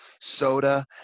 soda